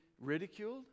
ridiculed